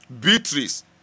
beatrice